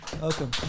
Welcome